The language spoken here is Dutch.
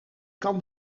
kan